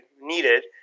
needed